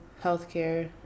healthcare